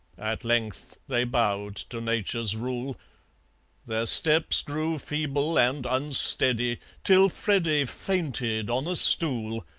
at length they bowed to nature's rule their steps grew feeble and unsteady, till freddy fainted on a stool,